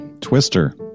Twister